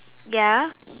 ya